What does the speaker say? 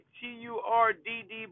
T-U-R-D-D